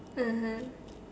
(uh huh)